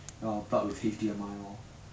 err 你现在